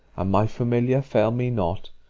my familiar fail me not,